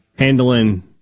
Handling